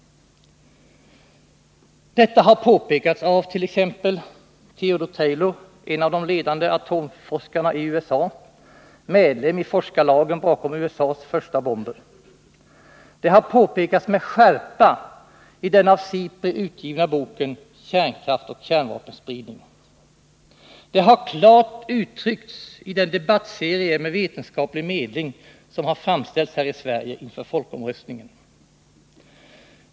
Detta har påpekats avt.ex. Theodore Taylor, en av de ledande atomforskarna i USA, medlem i forskarlagen bakom USA:s första bomber. Det har påpekats med skärpa i den av SIPRI utgivna boken Kärnkraft och kärnvapenspridning. Det har klart uttryckts i den debattserie med vetenskaplig medling som har framställts här i Sverige inför folkomröstningen.